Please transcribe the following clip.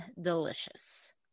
delicious